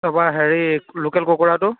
তাৰপৰা হেৰি লোকেল কুকুৰাটো